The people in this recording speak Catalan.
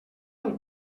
del